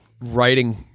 writing